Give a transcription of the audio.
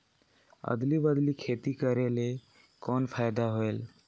अदली बदली खेती करेले कौन फायदा होयल?